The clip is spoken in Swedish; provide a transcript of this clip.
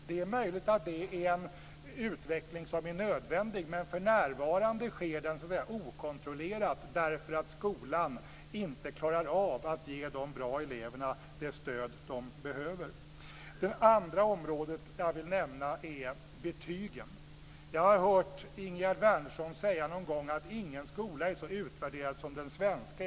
Det är möjligt att det är en utveckling som är nödvändig, men för närvarande sker den okontrollerat, därför att skolan inte klarar av att ge de bra eleverna det stöd de behöver. Det andra området som jag vill nämna är betygen. Jag har hört Ingegerd Wärnersson säga någon gång att ingen skola är så utvärderad som den svenska.